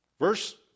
Verse